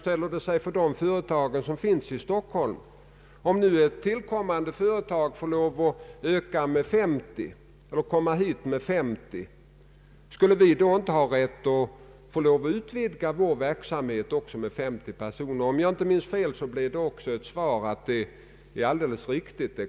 Är vi beredda att i dag förklara att vi kommer att tillgripa medel som leder till en sådan utveckling? I så fall måste det vara angeläget att precisera vilka tvångsåtgärder eller vilka andra åtgärder som erfordras för att garantera den utvecklingen.